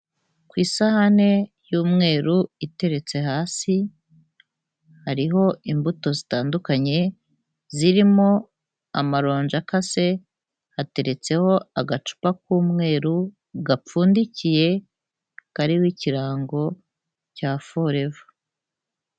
Ku isahane y'umweru iteretse hasi, hariho imbuto zitandukanye zirimo amaronji akase, hateretseho agacupa k'umweru gapfundikiye kariho ikirango cya forever.